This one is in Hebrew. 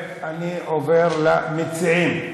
אני עובר למציעים.